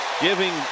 giving